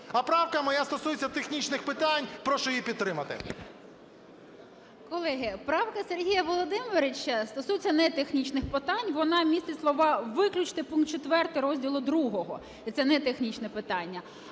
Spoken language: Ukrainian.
А правка моя стосується технічних питань. Прошу її підтримати. 12:50:29 ВЕНЕДІКТОВА І.В. Колеги, правка Сергія Володимировича стосується не технічних питань, вона містить слова "виключити пункт 4 розділу ІІ", і це не технічне питання.